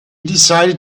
decided